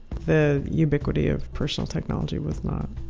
the ubiquity of personal technology was not,